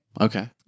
Okay